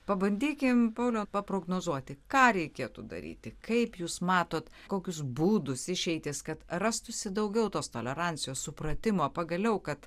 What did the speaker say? pabandykim pauliau paprognozuoti ką reikėtų daryti kaip jūs matote kokius būdus išeitis kad rastųsi daugiau tos tolerancijos supratimo pagaliau kad